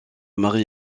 mari